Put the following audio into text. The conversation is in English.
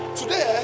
today